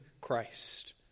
Christ